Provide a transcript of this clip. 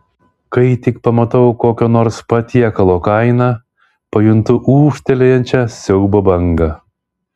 kai tik pamatau kokio nors patiekalo kainą pajuntu ūžtelėjančią siaubo bangą